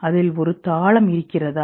அதில் ஒரு தாளம் இருக்கிறதா